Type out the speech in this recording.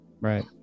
Right